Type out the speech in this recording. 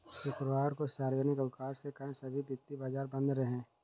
शुक्रवार को सार्वजनिक अवकाश के कारण सभी वित्तीय बाजार बंद रहे